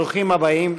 ברוכים הבאים.